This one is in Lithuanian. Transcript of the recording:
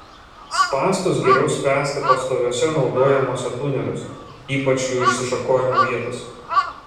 spąstus geriau spęsti pastoviuose naudojamuose tuneliuose ypač jų išsišakojimų vietose